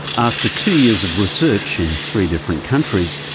after two years of research in three different countries,